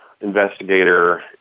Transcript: investigator